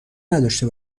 نداشته